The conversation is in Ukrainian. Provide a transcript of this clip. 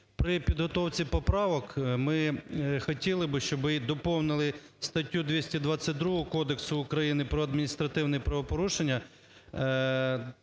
при підготовці поправок ми хотіли би, щоб доповнили статтю 222 Кодексу України про адміністративні правопорушення